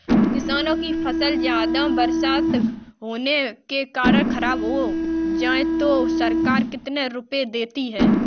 किसानों की फसल ज्यादा बरसात होने के कारण खराब हो जाए तो सरकार कितने रुपये देती है?